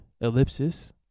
Ellipsis